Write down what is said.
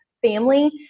family